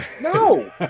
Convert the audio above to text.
No